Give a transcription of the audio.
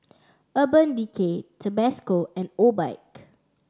Urban Decay Tabasco and Obike